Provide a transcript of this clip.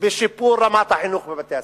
בשיפור רמת החינוך בבתי-הספר,